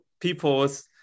people's